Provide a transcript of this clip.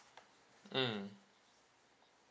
mm